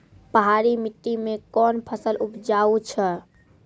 पहाड़ी मिट्टी मैं कौन फसल उपजाऊ छ?